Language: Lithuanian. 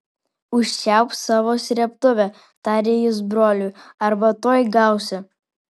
užčiaupk savo srėbtuvę tarė jis broliui arba tuoj gausi